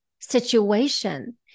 situation